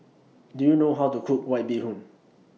Do YOU know How to Cook White Bee Hoon